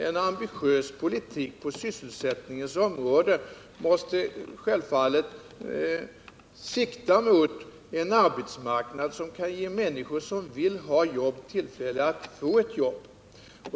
En ambitiös politik på sysselsättningens område måste självfallet sikta mot en arbetsmarknad som kan ge människor som vill ha jobb tillfälle att få ett jobb.